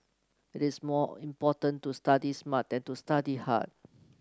it is more important to study smart than to study hard